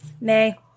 Nay